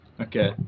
Okay